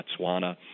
Botswana